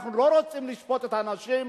אנחנו לא רוצים לשפוט את האנשים,